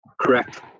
Correct